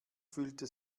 fühlte